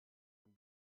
ein